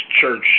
church